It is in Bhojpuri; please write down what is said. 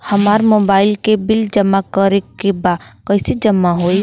हमार मोबाइल के बिल जमा करे बा कैसे जमा होई?